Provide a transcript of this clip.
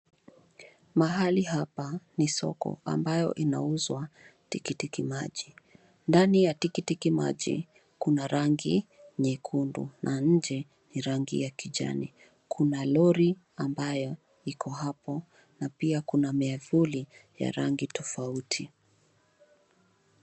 Mahali hapa ni soko ambayo inauzwa tikiti maji. Ndani ya tikiti maji kuna rangi nyekundu na nje ni rangi ya kijani. Kuna lori ambayo iko hapo na pia kuna miavuli ya rangi tofauti.